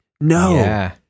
no